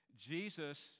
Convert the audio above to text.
Jesus